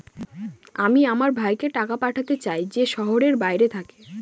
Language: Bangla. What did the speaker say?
আমি আমার ভাইকে টাকা পাঠাতে চাই যে শহরের বাইরে থাকে